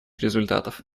результатов